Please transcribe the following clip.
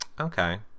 okay